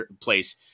place